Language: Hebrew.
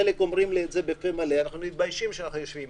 חלק אומרים בפה מלא שהם רופאים